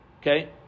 Okay